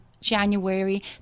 January